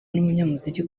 n’umunyamuziki